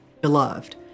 beloved